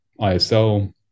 ISL